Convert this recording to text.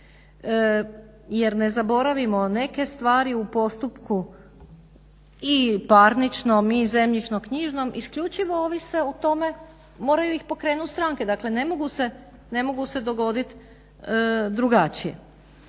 jer ne zaboravimo, neke stvari u postupku i parničnom i zemljišno-knjižnom isključivo ovise o tome, moraju ih pokrenut stranke, dakle ne mogu se dogodit drugačije.